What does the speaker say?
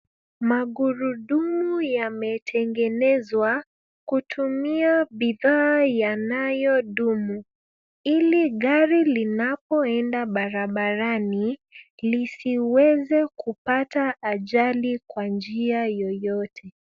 Magurudumu yametengenezwa kutumia bidhaa yanayo dumu, ili gari linapo enda barabarani lisiweze kupata ajali kwa njia yeyote.